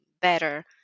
better